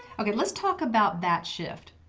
okay, let's talk about that shift,